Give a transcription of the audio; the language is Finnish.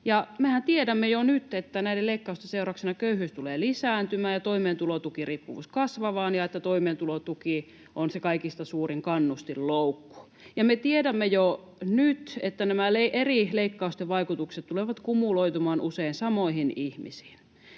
Mehän tiedämme jo nyt, että näiden leikkausten seurauksena köyhyys tulee lisääntymään ja toimeentulotukiriippuvuus kasvamaan ja että toimeentulotuki on se kaikista suurin kannustinloukku. Ja me tiedämme jo nyt, että nämä eri leikkausten vaikutukset tulevat usein kumuloitumaan samoihin ihmisiin.